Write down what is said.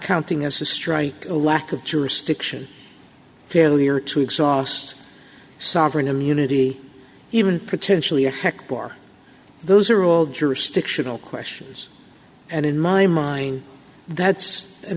counting as a strike a lack of jurisdiction failure to exhaust sovereign immunity even potentially a heck bar those are all jurisdictional questions and in my mind that's a